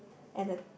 at the